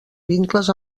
vincles